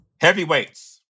Heavyweights